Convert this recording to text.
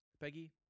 Peggy